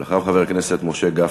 ואחריו, חבר הכנסת משה גפני.